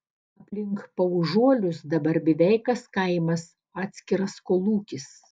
aplink paužuolius dabar beveik kas kaimas atskiras kolūkis